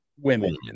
women